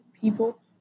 people